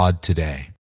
today